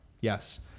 yes